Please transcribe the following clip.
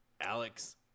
Alex